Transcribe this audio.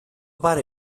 pare